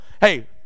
hey